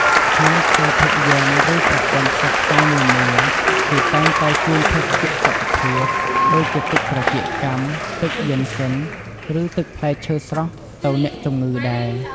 ក្នុងខ្សែភាពយន្ត ឬ ប្រព័ន្ធផ្សព្វផ្សាយនានា គេតែងតែជូនភេសជ្ជៈសុខភាព ដូចជាទឹកត្រចៀកកាំ ទឹកយុិនសិន ឬ ទឹកផ្លែឈើស្រស់ទៅអ្នកជំងឺដែរ។